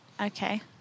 Okay